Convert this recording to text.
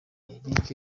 eric